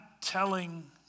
telling